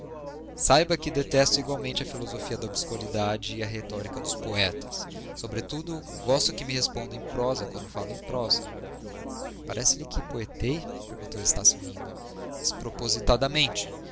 saiba que detesto igualmente a filosofia da obscuridade e a retórica dos poetas sobretudo gosto que respondam em prosa quando falo em prosa parece-lhe que poetei perguntou estácio rindo despropositadamente ora